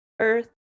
earth